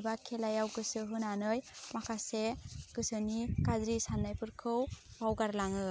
एबा खेलायाव गोसो होनानै माखासे गोसोनि गाज्रि सान्नायफोरखौ बावगारलाङो